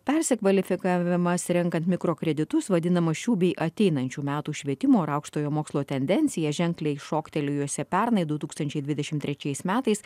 persikvalifikavimas renkant mikrokreditus vadinama šių bei ateinančių metų švietimo ir aukštojo mokslo tendencija ženkliai šoktelėjusia pernai du tūkstančiai dvidešimt trečiais metais